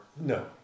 No